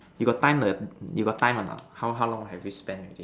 you got time the you got time a lot how how long have we spent already